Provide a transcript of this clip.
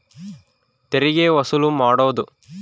ತೆರಿಗೆ ವಸೂಲು ಮಾಡೋದು